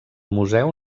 museu